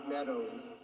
Meadows